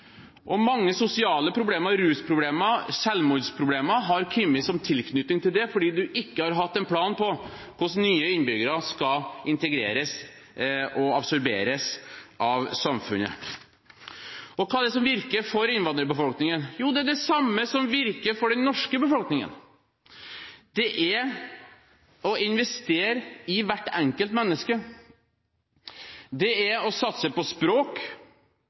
Mange sosiale problemer, rusproblemer og selvmordsproblemer har kommet i tilknytning til dette, fordi man ikke har hatt en plan for hvordan nye innbyggere skal integreres og absorberes i samfunnet. Hva er det som virker for innvandrerbefolkningen? Jo, det er det samme som virker for den norske befolkningen. Det er å investere i hvert enkelt menneske. Det er å satse på språk